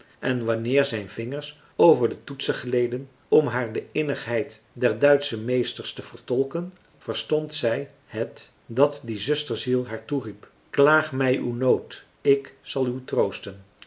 en wanneer zijn vingers over de toetsen gleden om haar de innigheid der duitsche meesters te vertolken verstond zij het dat die zusterziel haar toeriep klaag mij uw nood ik zal u troosten